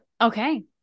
Okay